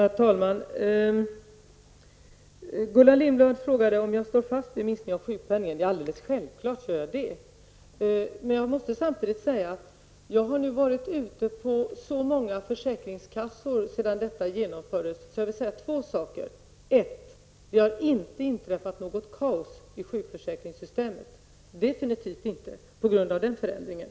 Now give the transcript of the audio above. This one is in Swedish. Herr talman! Gullan Lindblad frågade om jag står fast vid minskningen av sjukpenningen. Ja, självfallet gör jag det. Men jag har varit ute på många försäkringskassor sedan den genomfördes, och jag vill säga några saker i anslutning till det. För det första: Det har definitivt inte inträffat något kaos i sjukförsäkringssystemet på grund av den ändringen.